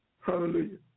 hallelujah